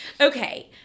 Okay